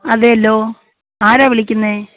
അതേലോ ആരാണ് വിളിക്കുന്നത്